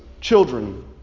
children